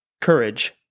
Courage